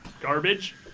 garbage